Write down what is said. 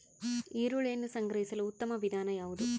ಈರುಳ್ಳಿಯನ್ನು ಸಂಗ್ರಹಿಸಲು ಉತ್ತಮ ವಿಧಾನ ಯಾವುದು?